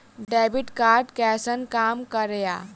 Debit card कैसन काम करेया?